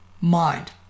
mind